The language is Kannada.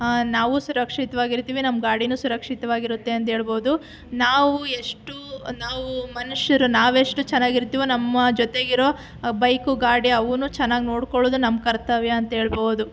ನಾವು ಸುರಕ್ಷಿತವಾಗಿರ್ತೀವಿ ನಮ್ಮ ಗಾಡಿನೂ ಸುರಕ್ಷಿತವಾಗಿರತ್ತೆ ಅಂತ ಹೇಳ್ಬೋದು ನಾವು ಎಷ್ಟು ನಾವು ಮನುಷ್ಯರು ನಾವು ಎಷ್ಟು ಚೆನ್ನಾಗಿರ್ತೀವೋ ನಮ್ಮ ಜೊತೆಗಿರೋ ಬೈಕು ಗಾಡಿ ಅವನ್ನೂ ಚೆನ್ನಾಗಿ ನೋಡ್ಕೊಳ್ಳೋದು ನಮ್ಮ ಕರ್ತವ್ಯ ಅಂತ ಹೇಳ್ಬೋ ದು